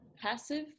passive